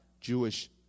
Jewish